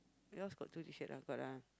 yours got two T-shirt lah but lah